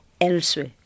elsewhere